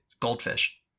goldfish